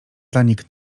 zanik